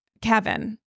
kevin